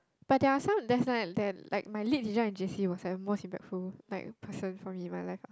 but there are some there's like there're like my Lit teacher in J_C was the most impactful like person for me in my life ah